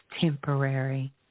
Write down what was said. temporary